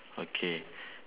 okay